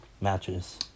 matches